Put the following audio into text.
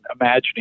imagining